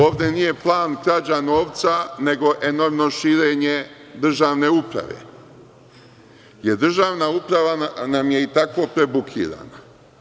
Ovde nije plan krađa novca, nego enormno širenje državne uprave, jer državna uprava nam je i tako prebukirana.